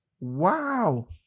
Wow